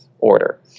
Order